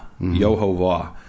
Yehovah